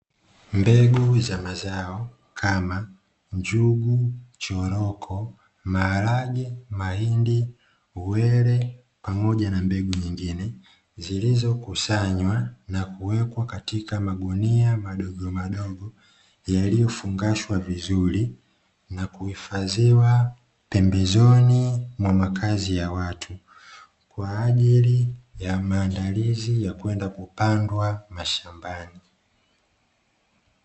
Mbegu za mazao kama njugu, choroko, maharage, mahindi, uwele pamoja na mbegu nyingine, zilizokusanywa na kuwekwa katika magunia madogomadogo, yaliyofungashwa vizuri na kuhifadhiwa pembezoni mwa makazi ya watu, kwa ajili ya maandalizi ya kwenda kupandwa mashambani.